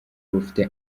rufite